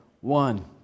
one